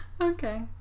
Okay